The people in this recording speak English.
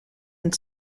and